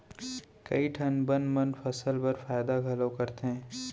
कई ठन बन मन फसल बर फायदा घलौ करथे